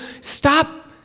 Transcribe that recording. stop